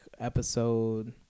episode